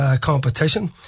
competition